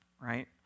right